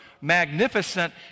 magnificent